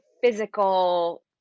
physical